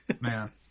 Man